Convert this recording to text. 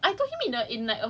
dah I told him already but